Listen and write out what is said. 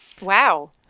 Wow